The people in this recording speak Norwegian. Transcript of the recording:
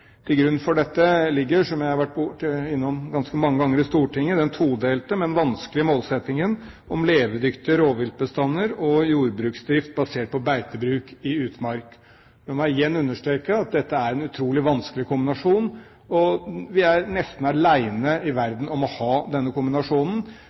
Til grunn for dette ligger, som jeg har vært innom ganske mange ganger i Stortinget, den todelte, men vanskelige målsettingen om levedyktige rovviltbestander og jordbruksdrift basert på beitebruk i utmark. La meg igjen understreke at dette er en utrolig vanskelig kombinasjon, og vi er nesten alene i